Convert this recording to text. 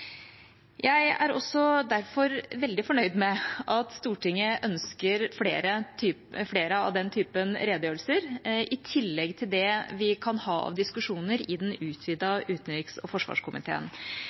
Jeg er også derfor veldig fornøyd med at Stortinget ønsker flere av den typen redegjørelser, i tillegg til det vi kan ha av diskusjoner i den